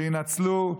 שיינצלו.